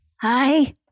Hi